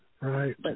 Right